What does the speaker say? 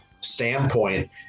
standpoint